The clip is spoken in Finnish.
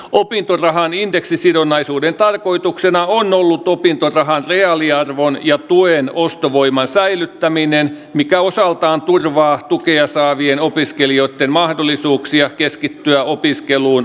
opintorahan indeksisidonnaisuuden tarkoituksena on ollut opintorahan reaaliarvon ja tuen ostovoiman säilyttäminen mikä osaltaan turvaa tukea saavien opiskelijoitten mahdollisuuksia keskittyä opiskeluun opintotuella